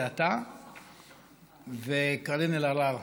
זה אתה וקארין אלהרר.